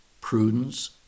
prudence